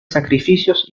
sacrificios